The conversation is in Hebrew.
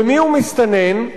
ומיהו מסתנן?